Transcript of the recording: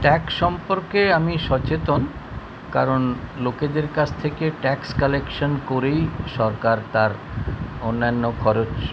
tax সম্পর্কে আমি সচেতন কারণ লোকেদের কাছ থেকে ট্যাক্স কালেকশান করেই সরকার তার অন্যান্য খরচ